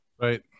Right